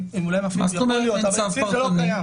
מה זאת אומרת שאין צו פרטני?